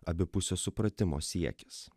abipusio supratimo siekis